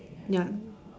ya